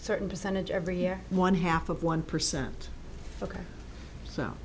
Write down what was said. certain percentage every year one half of one percent ok so